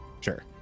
Sure